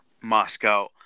Moscow